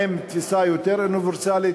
עם תפיסה יותר אוניברסלית,